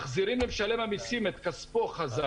מחזירים למשלם המיסים את כספו חזרה.